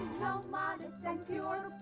modest and pure,